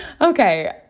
Okay